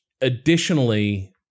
additionally